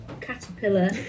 caterpillar